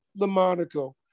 Lamonaco